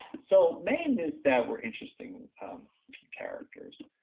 so may and neustadt were interesting characters.